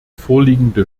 vorliegende